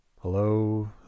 Hello